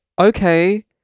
okay